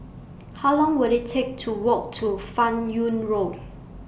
How Long Will IT Take to Walk to fan Yoong Road